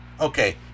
Okay